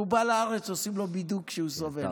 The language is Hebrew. הוא בא לארץ, עושים לו בידוק, הוא סובל.